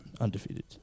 Undefeated